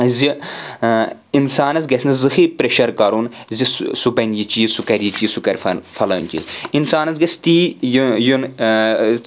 زِ اِنسانَس گژھِ نہٕ زٕہٕے پَرٛیٚشَر کَرُن زِ سُہ سُہ بَنہِ یہِ چیٖز سُہ کَرِ یہِ چیٖز سُہ کَرِ فلٲنۍ چیٖز اِنسانَس گژھِ تی یُن